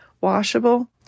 washable